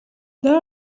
there